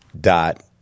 dot